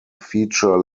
feature